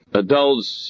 adults